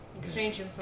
Exchange